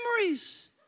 memories